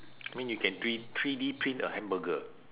I mean you can three three D print a hamburger